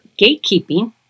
gatekeeping